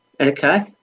okay